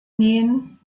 nähen